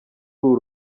uru